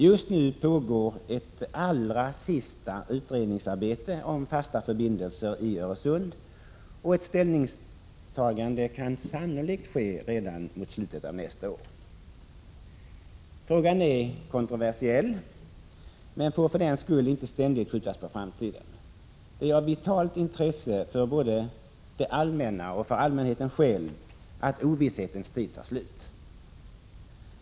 Just nu pågår ett allra sista utredningsarbete om fasta förbindelser över Öresund, och ett ställningstagande kan sannolikt ske redan mot slutet av nästa år. Frågan är kontroversiell, men får för den skull inte ständigt skjutas på framtiden. Det är av vitalt intresse både för det allmänna och för allmänheten att ovisshetens tid tar slut.